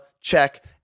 check